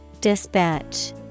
Dispatch